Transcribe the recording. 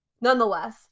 nonetheless